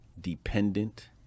dependent